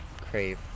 Crave